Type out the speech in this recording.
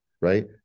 right